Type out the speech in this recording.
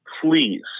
please